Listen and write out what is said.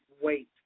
wait